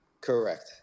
Correct